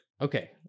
Okay